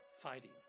fighting